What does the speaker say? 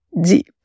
deep